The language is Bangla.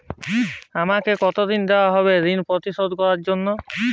আমাকে কতদিন দেওয়া হবে ৠণ পরিশোধ করার জন্য?